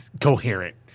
coherent